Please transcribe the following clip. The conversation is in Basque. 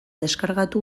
deskargatu